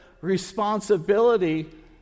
responsibility